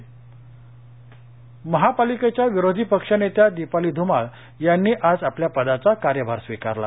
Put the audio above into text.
दिपाली धुमाळ महापालिकेच्या विरोधी पक्षनेत्या दिपाली ध्रमाळ यांनी आज आपल्या पदाचा कार्यभार स्वीकारला